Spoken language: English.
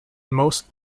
most